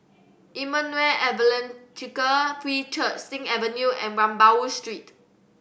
Emmanuel Evangelical Free Church Sing Avenue and Rambau Street